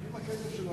אני מודה שכל פעם אני